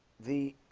the